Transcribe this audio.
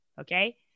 Okay